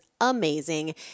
amazing